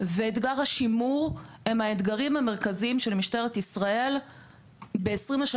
ואתגר השימור הם האתגרים המרכזיים של משטרת ישראל ב-2023